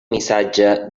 missatge